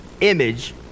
image